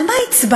על מה הצבענו?